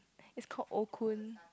is called Okun